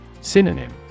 Synonym